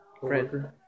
friend